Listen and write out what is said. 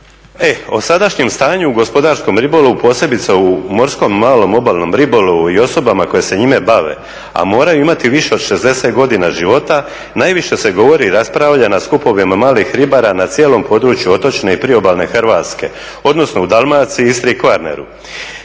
o sadašnjem stanju u gospodarskom ribolovu posebice u morskom malom obalnom ribolovu i osobama koje se njime bave, a moraju imati više od 60 godina života najviše se govori i raspravlja na skupovima malih ribara na cijelom području otočne i priobalne Hrvatske, odnosno u Dalmaciji, Istri i Kvarneru.